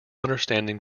understanding